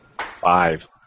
Five